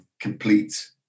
complete